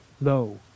low